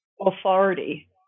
authority